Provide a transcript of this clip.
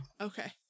okay